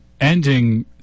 ending